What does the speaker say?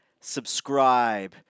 Subscribe